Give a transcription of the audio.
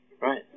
Right